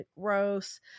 Gross